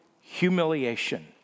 humiliation